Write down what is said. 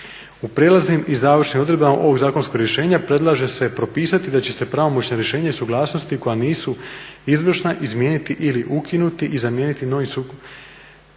U prijelaznim i završnim odredbama ovog zakonskog rješenja predlaže se propisati da će se pravomoćno rješenje i suglasnosti koje nisu izvršna izmijeniti ili ukinuti i zamijeniti novim